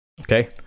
okay